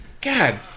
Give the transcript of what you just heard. God